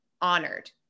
honored